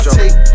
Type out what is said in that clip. take